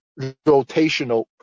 rotational